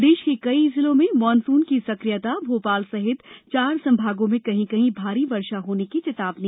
प्रदेश के कई जिलों में मॉनसून की सकियता भोपाल सहित चार संभागों में कहीं कहीं भारी वर्षा होने की चेतावनी